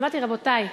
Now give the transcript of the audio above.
אמרתי: רבותי,